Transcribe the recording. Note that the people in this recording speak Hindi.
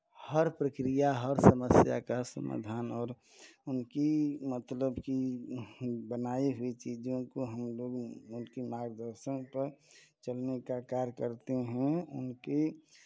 हर प्रक्रिया हर समस्या का समाधान और उनकी मतलब कि बनाई हुई चीज़ों को हम लोग उनके मार्गदर्शन पर चलने का कार्य करते हैं उनकी